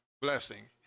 blessing